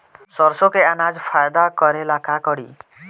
सरसो के अनाज फायदा करेला का करी?